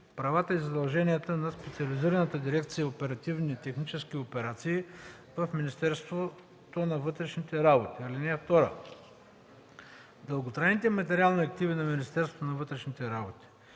правата и задълженията на специализираната дирекция „Оперативни технически операции“ в Министерството на вътрешните работи. (2) Дълготрайните материални активи на Министерството на вътрешните работи,